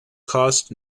cost